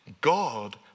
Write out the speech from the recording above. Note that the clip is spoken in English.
God